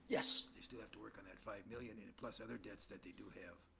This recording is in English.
yes. they still have to work on that five million, and plus other debts that they do have.